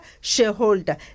shareholder